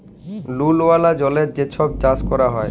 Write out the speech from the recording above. লুল ওয়ালা জলে যে ছব চাষ ক্যরা হ্যয়